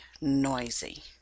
noisy